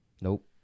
Nope